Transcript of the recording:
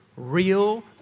Real